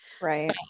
Right